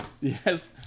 Yes